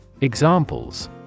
Examples